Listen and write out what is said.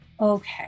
okay